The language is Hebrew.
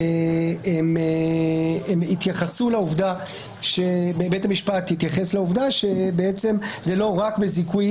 הם התייחסו לכך שבית המשפט התייחס לעובדה שזה לא רק בזיכוי